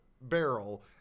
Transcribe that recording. barrel